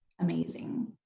amazing